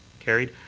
carried.